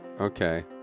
Okay